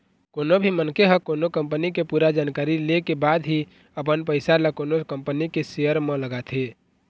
कोनो भी मनखे ह कोनो कंपनी के पूरा जानकारी ले के बाद ही अपन पइसा ल कोनो कंपनी के सेयर म लगाथे